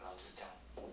!hannor! 就是这样 lor